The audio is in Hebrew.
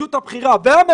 הפקידות הבכירה והממשלה,